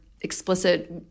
explicit